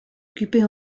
occupait